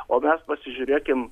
o mes pasižiūrėkim